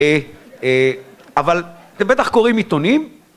אבל אתם בטח קוראים עיתונים